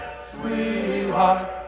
sweetheart